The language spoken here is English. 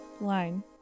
line